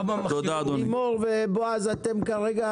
לימור ובועז, אתם כרגע